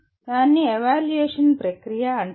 దాన్ని ఎవాల్యుయేషన్ ప్రక్రియ అంటారు